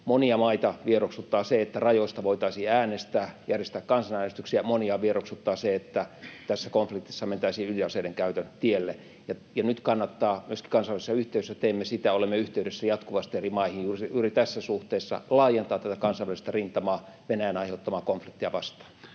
Monia maita vieroksuttaa se, että rajoista voitaisiin äänestää, järjestää kansanäänestyksiä. Monia vieroksuttaa se, että tässä konfliktissa mentäisiin ydinaseiden käytön tielle. Ja nyt kannattaa — myöskin kansainvälisessä yhteisössä teemme sitä, olemme yhteydessä jatkuvasti eri maihin — juuri tässä suhteessa laajentaa tätä kansainvälistä rintamaa Venäjän aiheuttamaa konfliktia vastaan.